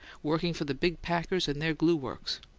working for the big packers in their glue-works.